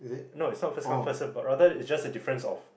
no it's not first come first serve but rather it's just a difference of